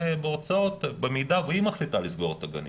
בהוצאות במידה שהיא מחליטה לסגור את הגנים.